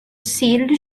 sealed